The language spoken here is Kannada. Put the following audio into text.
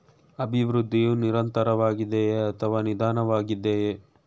ಅಭಿವೃದ್ಧಿಯು ನಿರಂತರವಾಗಿದೆಯೇ ಅಥವಾ ನಿಧಾನವಾಗಿದೆಯೇ?